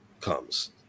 comes